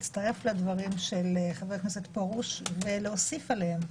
להצטרף לדברים של חבר הכנסת פרוש ולהוסיף עליהם.